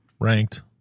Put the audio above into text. ranked